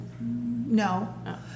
no